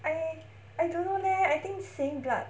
I I don't know leh I think seeing blood